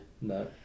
No